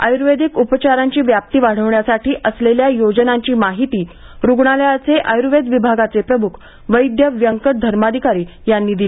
आयुर्वेदिय उपचारांची व्याप्ती वाढवण्यासाठी असलेल्या योजनांची माहिती रूग्णालयाच्या आयुर्वेद विभागाचे प्रमुख वैद्य व्यंकट धर्माधिकारी यांनी दिली